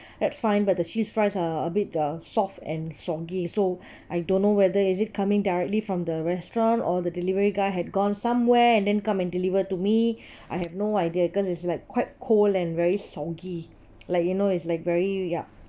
that's fine but the cheese fries uh a bit uh soft and soggy so I don't know whether is it coming directly from the restaurant or the delivery guy had gone somewhere and then come and delivered to me I have no idea cause is like quite cold and very soggy like you know it's like very yup